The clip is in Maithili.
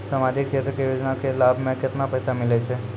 समाजिक क्षेत्र के योजना के लाभ मे केतना पैसा मिलै छै?